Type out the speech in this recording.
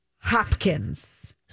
Hopkins